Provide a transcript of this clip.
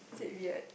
is it weird